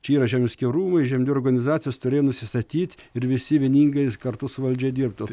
čia yra žemės ūkio rūmai žemdirbių organizacijos turėjo nusistatyt ir visi vieningai kartu su valdžia dirbtų